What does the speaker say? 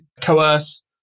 coerce